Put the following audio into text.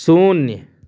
शून्य